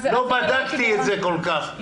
לא בדקתי את זה כל כך.